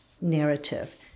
narrative